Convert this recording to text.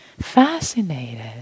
Fascinated